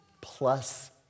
plus